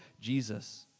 Jesus